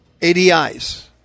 ADIs